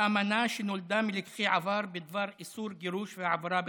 לאמנה שנולדה מלקחי עבר בדבר איסור גירוש והעברה בכפייה.